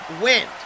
win